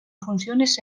funciones